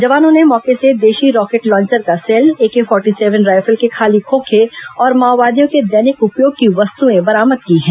जवानों ने मौके से देशी रॉकेट लांचर का shell AK forty seven rifle के खाली खोखे और माओवादियों के दैनिक उपयोग की वस्तुएं बरामद की हैं